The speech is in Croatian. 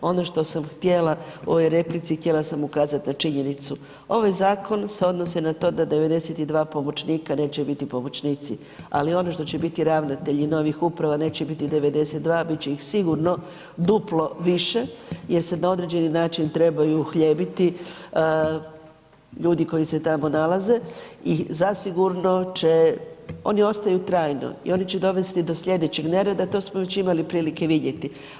Ono što sam htjela u ovoj replici, htjela sam ukazati na činjenicu, ovaj zakon se odnosni na to da 92 pomoćnika neće biti pomoćnici, ali ono što će biti ravnatelji novih uprava neće biti 92 bit će ih sigurno duplo više jer se na određeni način treba i uhljebiti ljudi koji se tamo nalaze i zasigurno će, oni ostaju trajno i oni će dovesti do slijedećeg nerada to smo već imali prilike vidjeti.